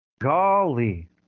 golly